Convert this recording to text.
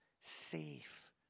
safe